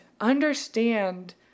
understand